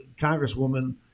congresswoman